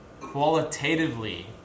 qualitatively